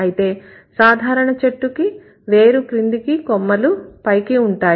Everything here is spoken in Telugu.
అయితే సాధారణ చెట్టుకి వేరు కిందికి కొమ్మలు పైకి ఉంటాయి